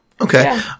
Okay